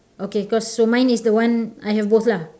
okay cause so mine is the one I have both lah